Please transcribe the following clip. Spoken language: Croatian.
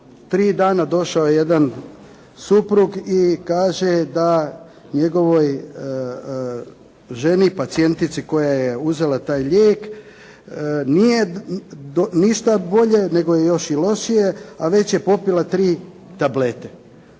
tri dana došao je jedan suprug i kaže da njegovoj ženi pacijentici koja je uzela taj lijek, nije ništa bolje, nego je još i lošije, a već je popila tri tablete.